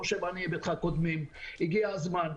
עניי ביתך קודמים, הגיע הזמן.